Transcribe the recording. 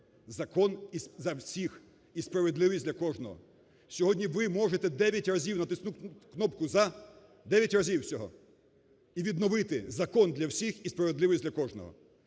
закон – для всіх і справедливість – для кожного. Сьогодні ви можете дев'ять разів натиснути кнопку "за", дев'ять разів всього і відновити закон – для всі і справедливість – для кожного.